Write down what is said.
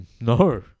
No